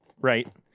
Right